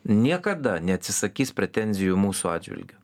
niekada neatsisakys pretenzijų mūsų atžvilgiu